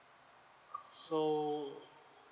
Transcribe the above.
so